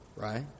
Right